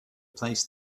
placed